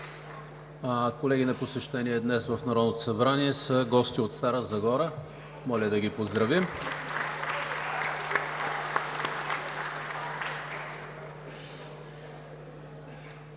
Колеги, на посещение днес в Народното събрание са гости от Стара Загора. Моля да ги поздравим.